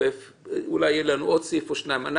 להתכופף לגביו ואולי יהיו עוד סעיף או שניים כאלו.